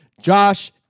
Josh